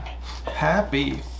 happy